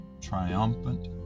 triumphant